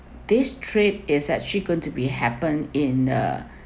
this trip is actually going to be happen in uh